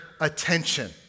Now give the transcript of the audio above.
attention